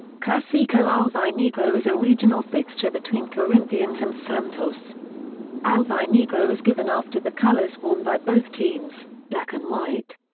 classico alvi-negro is a regional fixture between corinthians and santos alvi-negro' is given after the colors worn by both teams, black and white.